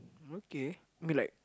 okay I mean like